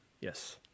yes